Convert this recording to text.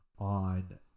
on